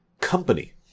Company